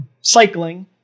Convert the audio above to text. cycling